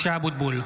משה אבוטבול,